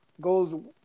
goes